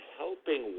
helping